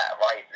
right